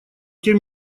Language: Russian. тем